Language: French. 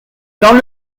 dans